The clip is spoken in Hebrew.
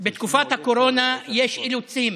בתקופת הקורונה יש אילוצים